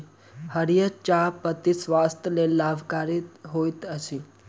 हरीयर चाह पत्ती स्वास्थ्यक लेल लाभकारी होइत अछि